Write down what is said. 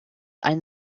ein